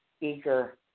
eager